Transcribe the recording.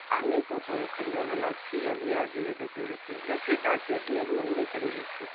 आ नहि कतहु एखन जायवला छी आब जहिया जे हेतै से हेतै देखैत टा छियै मेघमे उड़ैत रहै छै